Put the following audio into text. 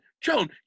Joan